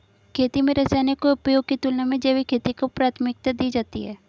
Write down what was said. खेती में रसायनों के उपयोग की तुलना में जैविक खेती को प्राथमिकता दी जाती है